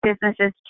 businesses